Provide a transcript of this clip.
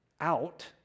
out